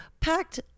packed